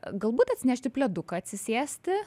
galbūt atsinešti pleduką atsisėsti